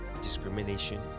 discrimination